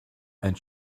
and